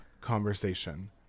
conversation